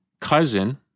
cousin